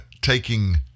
taking